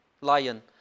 lion